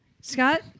Scott